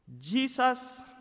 Jesus